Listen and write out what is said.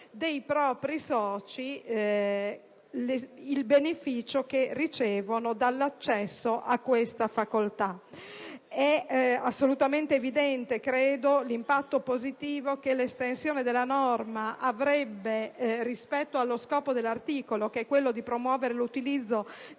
dei propri soci il beneficio che ricevono dall'accesso a tale facoltà. Credo che sia assolutamente evidente l'impatto positivo che l'estensione della norma avrebbe rispetto allo scopo dell'articolo, che è quello di promuovere l'utilizzo